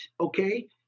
okay